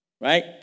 Right